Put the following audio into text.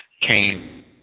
came